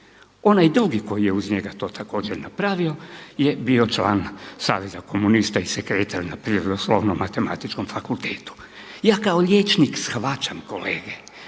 Onaj drugi koji je uz njega to također napravio, je bio član Saveza komunista i sekretar na Prirodoslovno-matematičkom fakultetu. Ja kao liječnik shvaćam kolege